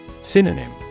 Synonym